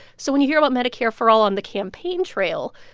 so when you hear about medicare for all on the campaign trail,